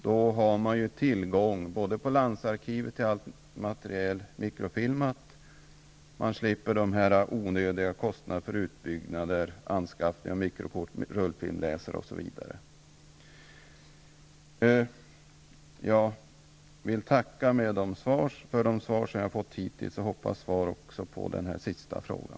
Då har landsarkivet tillgång till allt mikrofilmat material, och man slipper onödiga kostnader för utbyggnad, anskaffning av rullfilmsläsare, osv. Jag vill tacka för de besked som jag har fått hittills och hoppas på svar också på den sista frågan.